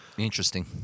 Interesting